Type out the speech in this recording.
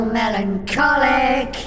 melancholic